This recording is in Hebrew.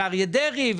אריה דרעי,